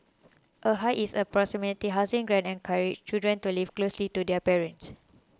a hike is in proximity housing grant encourages children to live closely to their parents